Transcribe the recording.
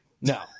No